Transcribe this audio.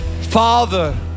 Father